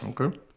Okay